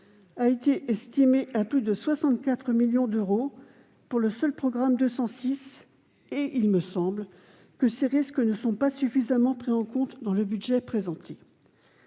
a été estimé à plus de 64 millions d'euros pour le seul programme 206. Selon moi, ces risques ne sont pas suffisamment pris en compte dans le budget présenté.